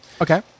Okay